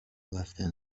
رفتن